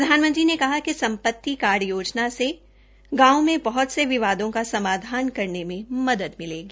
प्रधानमंत्री ने कहा कि सम्पति कार्य योजना से गांवों से गांवों में बहत से विवादों का समाधान करने में मदद मिलेगी